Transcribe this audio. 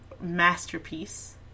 masterpiece